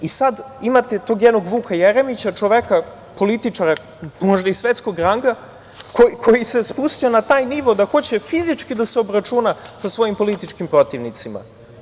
I sad imate tog jednog Vuka Jeremića, čoveka političara možda i svetskog ranga, koji se spustio na taj nivo da hoće fizički da se obračuna sa svojim političkim protivnicima.